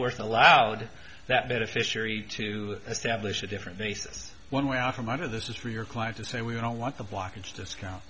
allowed that beneficiary to establish a different basis one way out from under this is for your client to say we don't want the blockage discount